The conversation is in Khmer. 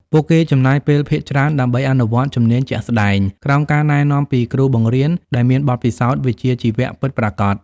ពួកគេចំណាយពេលភាគច្រើនដើម្បីអនុវត្តជំនាញជាក់ស្តែង ក្រោមការណែនាំពីគ្រូបង្រៀនដែលមានបទពិសោធន៍វិជ្ជាជីវៈពិតប្រាកដ។